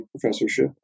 professorship